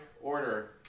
order